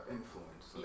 Influence